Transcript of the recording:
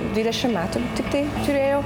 dvidešimt metų tiktai žiūrėjau